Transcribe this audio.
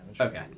Okay